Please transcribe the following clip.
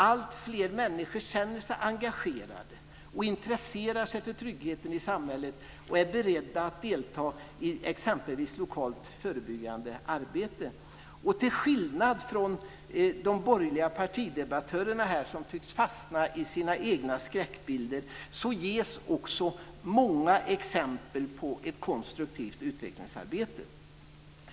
Alltfler människor känner sig engagerade, intresserar sig för tryggheten i samhället och är beredda att delta i exempelvis lokalt förebyggande arbete. Till skillnad från de borgerliga partidebattörerna, som tycks fastna i sina egna skräckbilder, ges också många exempel på ett konstruktivt utvecklingsarbete.